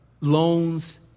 loans